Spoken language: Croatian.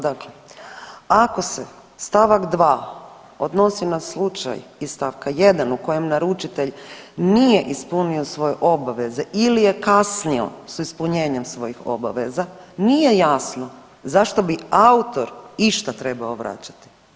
Dakle, ako se stavak 2. odnosi na slučaj iz stavka 1. u kojem naručitelj nije ispunio svoje obaveze ili je kasnio s ispunjenjem svojih obaveza nije jasno zašto bi autor išta trebao vraćati.